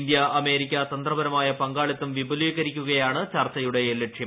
India America തന്ത്രപരമായ പങ്കാളിത്തം വിപുലീക്രിക്കു്കയാണ് ചർച്ചയുടെ ലക്ഷ്യം